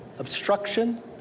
Obstruction